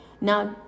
Now